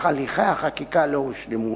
אך הליכי החקיקה לא הושלמו.